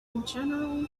general